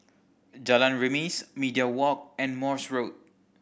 Jalan Remis Media Walk and Morse Road